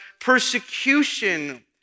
persecution